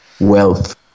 wealth